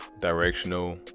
Directional